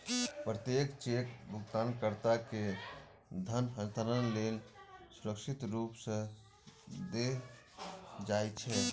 प्रत्येक चेक भुगतानकर्ता कें धन हस्तांतरण लेल सुरक्षित रूप सं देल जाइ छै